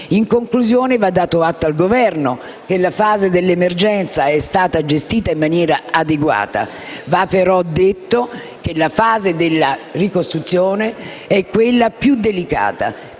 In conclusione, va dato atto al Governo che la fase dell'emergenza è stata gestita in maniera adeguata. Va però detto che la fase della ricostruzione è quella più delicata,